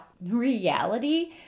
reality